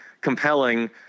compelling